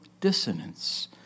dissonance